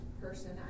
person